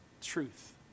Truth